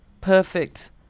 perfect